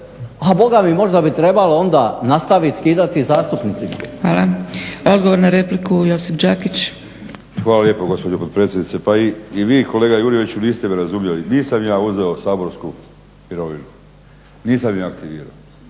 a Boga mi možda bi trebalo onda nastavit skidati zastupnicima. **Zgrebec, Dragica (SDP)** Hvala. Odgovor na repliku Josip Đakić. **Đakić, Josip (HDZ)** Hvala lijepo gospođo potpredsjednice. Pa i vi kolega Jurjeviću niste me razumjeli. Nisam ja uzeo saborsku mirovinu, nisam je aktivirao.